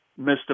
Mr